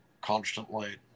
constantly